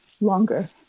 longer